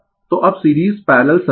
तो अब series parallel circuit